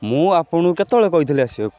ମୁଁ ଆପଣଙ୍କୁ କେତେବେଳେ କହିଥିଲି ଆସିବାକୁ